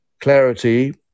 clarity